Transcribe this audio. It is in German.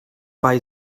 bei